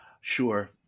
Sure